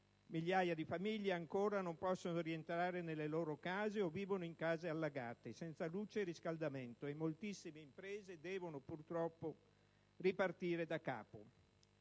migliaia di famiglie ancora non possono rientrare nelle loro case o vivono in case allagate, senza luce e riscaldamento, e moltissime imprese devono purtroppo ripartire da capo.